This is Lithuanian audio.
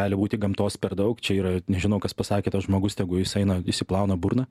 gali būti gamtos per daug čia yra nežinau kas pasakė tas žmogus tegu jis eina išsiplauna burną